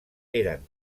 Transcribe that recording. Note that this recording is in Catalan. eren